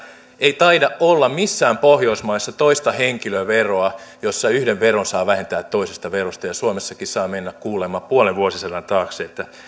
ei taida olla missään pohjoismaissa toista henkilöveroa jossa yhden veron saa vähentää toisesta verosta ja suomessakin saa mennä kuulemma puolen vuosisadan taakse että